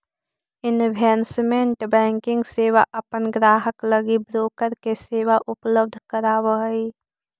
investment banking सेवा अपन ग्राहक लगी ब्रोकर के सेवा उपलब्ध करावऽ हइ